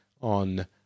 on